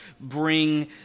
bring